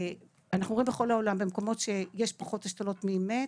אנחנו רואים בכל העולם: במקומות שיש פחות השתלות מהמת